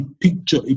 picture